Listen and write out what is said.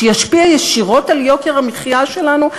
שישפיע ישירות על יוקר המחיה שלנו?